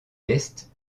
est